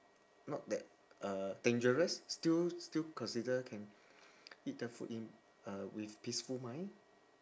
not that uh dangerous still still considered can eat the food in a with peaceful mind